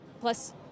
plus